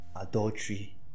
adultery